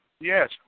Yes